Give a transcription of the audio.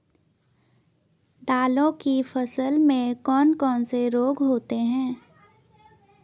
दालों की फसल में कौन कौन से रोग होते हैं?